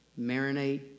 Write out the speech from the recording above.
marinate